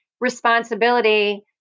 responsibility